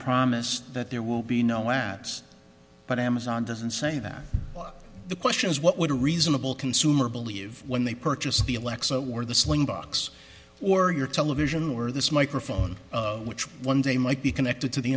promise that there will be no ads but amazon doesn't say that the question is what would a reasonable consumer believe when they purchase the alexa or the slingbox or your television where this microphone which one day might be connected t